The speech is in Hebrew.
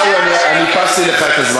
רוזין,